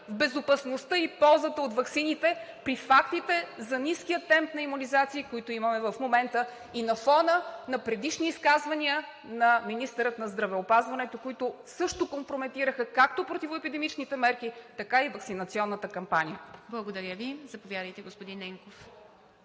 в безопасността и ползата от ваксините при фактите за ниския темп на имунизации, които имаме в момента, и на фона на предишни изказвания на министъра на здравеопазването, които също компрометираха както противоепидемичните мерки, така и ваксинационната кампания? ПРЕДСЕДАТЕЛ ИВА МИТЕВА: Благодаря Ви. Заповядайте, господин Ненков.